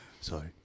sorry